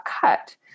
cut